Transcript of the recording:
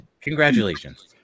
congratulations